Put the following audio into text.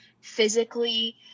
physically